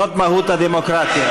זאת מהות הדמוקרטיה,